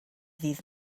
ddydd